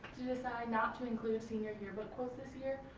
to decide not to include senior yearbook quotes this year.